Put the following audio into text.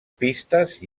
pistes